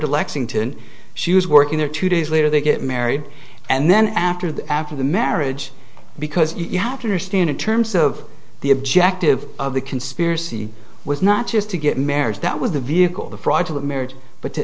to lexington she was working there two days later they get married and then after that after the marriage because you have to understand in terms of the objective of the conspiracy was not just to get marriage that was the vehicle to fraud to the marriage but to